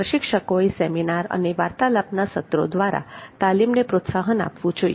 પ્રશિક્ષકોએ seminar અને વાર્તાલાપના સર્ત્રો દ્વારા તાલીમને પ્રોત્સાહન આપવું જોઇએ